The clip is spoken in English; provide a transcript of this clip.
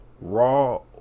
raw